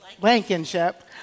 Blankenship